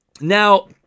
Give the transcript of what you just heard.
Now